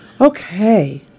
Okay